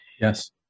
Yes